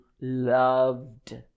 loved